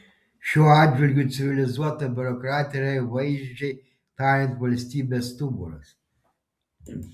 šiuo atžvilgiu civilizuota biurokratija yra vaizdžiai tariant valstybės stuburas